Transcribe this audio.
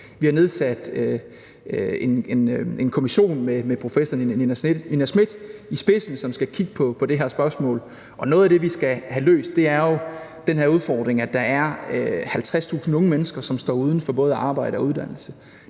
Vi har nedsat en kommission med professor Nina Smith i spidsen, som skal kigge på det her spørgsmål, og noget af det, vi skal have løst, er jo den her udfordring, at der er 50.000 unge mennesker, som står uden for både arbejde og uddannelse.